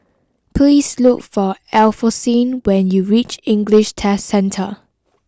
please look for Alphonsine when you reach English Test Centre